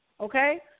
okay